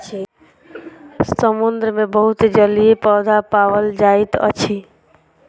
समुद्र मे बहुत जलीय पौधा पाओल जाइत अछि